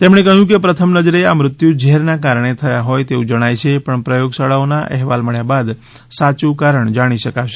તેમણે કહ્યું કે પ્રથમ નજરે આ મૃત્યુ ઝેરના કારણે થયા હોય તેવું જણાય છે પણ પ્રયોગશાળાઓના અહેવાલ મબ્યા બાદ સાચુ કારણ જાણી શકાશે